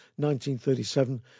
1937